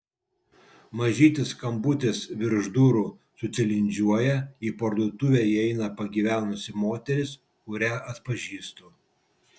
mažytis skambutis virš durų sutilindžiuoja į parduotuvę įeina pagyvenusi moteris kurią atpažįstu